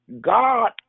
God